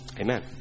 Amen